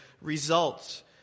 Results